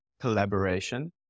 collaboration